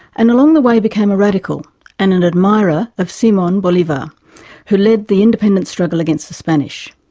and along the way became a radical and an admirer of simon bolivar, who lead the independence struggle against the spanish.